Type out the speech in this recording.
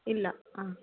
ഇല്ല ആ